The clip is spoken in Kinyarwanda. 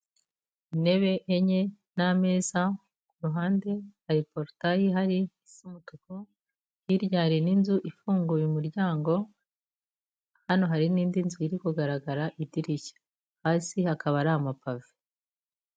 Intebe enye n'ameza ku ruhande, hari porotaye ihari isa umutuku, hirya hari n'inzu ifunguye umuryango, hano hari n'indi nzu iri kugaragara idirishya, hasi hakaba ari amapave.